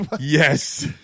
Yes